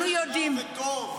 טראומה,